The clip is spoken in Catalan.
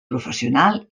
professional